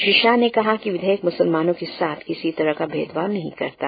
श्री शाह ने कहा कि विधेयक मुसलमानों के साथ किसी तरह का भेदभाव नहीं करता